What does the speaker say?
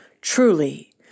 Truly